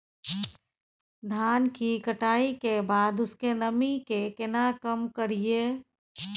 धान की कटाई के बाद उसके नमी के केना कम करियै?